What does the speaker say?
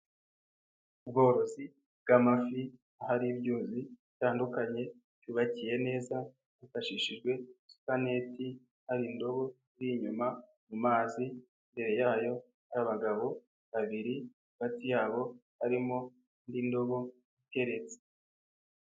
Ubworozi bw'amafi ahari ibyuzi bitandukanye byubakiye neza, hifashishijwe supaneti hari indobo iri inyuma mu mazi, imbere yayo n'abagabo abiri hagati yabo harimo n'indobo iteretse.